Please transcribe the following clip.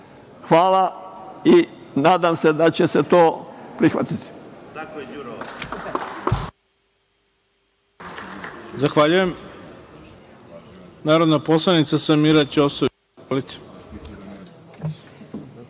znači. Hvala i nadam se da će se to prihvati.